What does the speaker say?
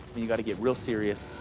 you gotta get real serious.